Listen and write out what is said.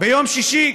ביום שישי,